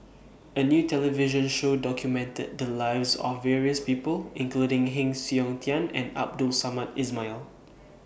A New television Show documented The Lives of various People including Heng Siok Tian and Abdul Samad Ismail